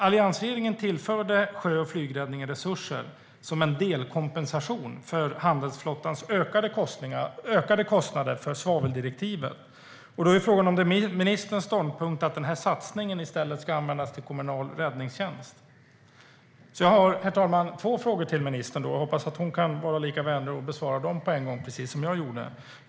Alliansregeringen tillförde sjö och flygräddningen resurser som en delkompensation för handelsflottans ökade kostnader för svaveldirektivet. Är ministerns ståndpunkt att den satsningen i stället ska användas till kommunal räddningstjänst? Jag har två frågor till ministern, och jag hoppas att hon kan vara vänlig och besvara dem på en gång, precis som jag gjorde.